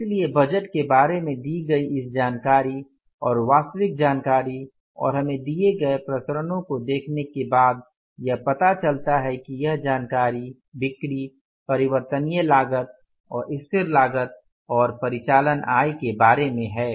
इसलिए बजट के बारे में दी गई इस जानकारी और वास्तविक जानकारी और हमें दिए गए विचरणओं को देखने के बाद यह पता चलता है कि यह जानकारी बिक्री परिवर्तनीय लागत और स्थिर लागत और परिचालन आय के बारे में है